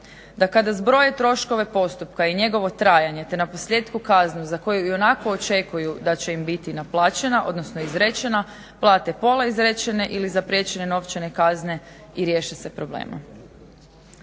da kada zbroje troškove postupka i njegovo trajanje te naposljetku kaznu za koju i onako očekuju da će im biti naplaćena odnosno izrečena plate pola izrečene ili zapriječene novčane kazne i riješe se problema.